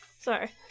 sorry